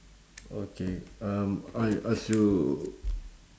okay um I ask you